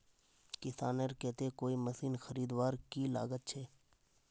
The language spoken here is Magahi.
किसानेर केते कोई मशीन खरीदवार की लागत छे?